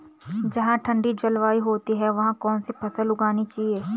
जहाँ ठंडी जलवायु होती है वहाँ कौन सी फसल उगानी चाहिये?